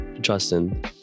Justin